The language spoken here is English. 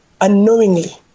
unknowingly